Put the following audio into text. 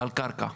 על קרקע.